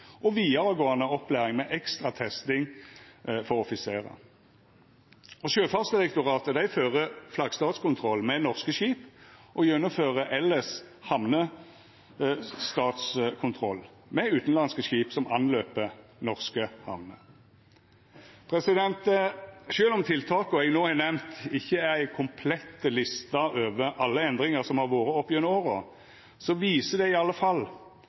og vidaregåande opplæring med ekstra testing for offiserar. Sjøfartsdirektoratet fører flaggstatskontroll med norske skip og gjennomfører elles hamnestatskontroll med utanlandske skip som går innom norske hamner. Sjølv om dei tiltaka eg no har nemnt, ikkje er ei komplett liste over alle endringar som har vore oppigjennom åra, viser det i alle fall